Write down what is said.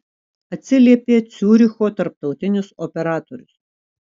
atsiliepė ciuricho tarptautinis operatorius